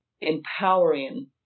empowering